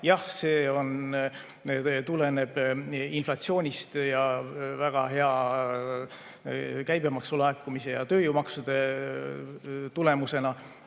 Jah, see tuleneb inflatsioonist ja on väga hea käibemaksu laekumise ja tööjõumaksude tulemus.